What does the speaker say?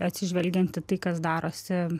atsižvelgiant į tai kas darosi